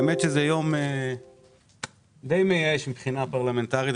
האמת שזה יום די מייאש מבחינה פרלמנטרית.